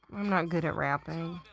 i'm not good at rapping.